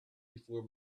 before